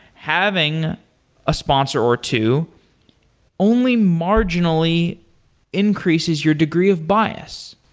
having a sponsor or two only marginally increases your degree of bias.